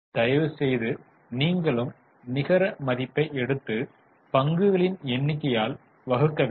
தயவுசெய்து நீங்களும் நிகர மதிப்பை எடுத்து பங்குகளின் எண்ணிக்கை ஆல் வகுக்க வேண்டும்